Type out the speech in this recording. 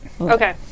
Okay